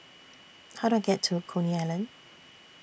How Do I get to Coney Island